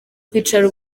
kwicara